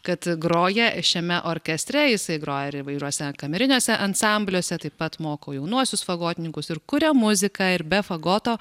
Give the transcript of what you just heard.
kad groja šiame orkestre jisai groja ir įvairiuose kameriniuose ansambliuose taip pat moko jaunuosius fagotininkus ir kuria muziką ir be fagoto